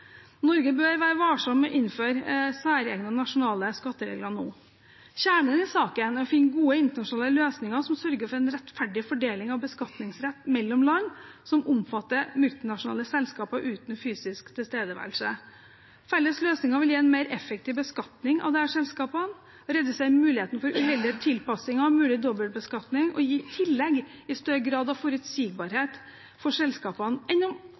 Norge bør være varsom med å innføre særegne nasjonale skatteregler nå. Kjernen i saken er å finne gode internasjonale løsninger som sørger for en rettferdig fordeling av beskatningsrett mellom land som omfatter multinasjonale selskaper uten fysisk tilstedeværelse. Felles løsninger vil gi en mer effektiv beskatning av disse selskapene, redusere muligheten for uheldige tilpasninger og mulig dobbeltbeskatning og i tillegg gi en større grad av forutsigbarhet for selskapene enn om